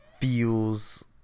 feels